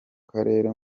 karere